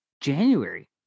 January